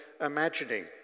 imagining